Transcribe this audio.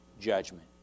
judgment